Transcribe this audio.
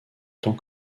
tant